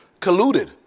colluded